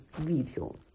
videos